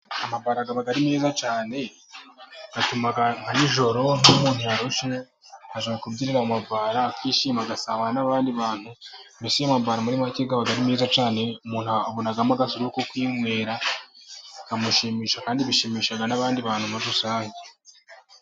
Amabara aba ari meza cyane atuma nka nijoro iyo umuntu yarushe aza kubyinyina mu mabara akishima, agasabana n'abandi bantu, mbese ayo mabara muri make aba ari meza cyane. Umuntu abonagamo agasururu ko kwinywera bikamushimisha, kandi bishimisha n'abandi bantu muri rusange.